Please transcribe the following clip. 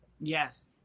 Yes